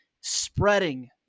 spreading